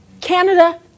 Canada